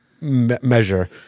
Measure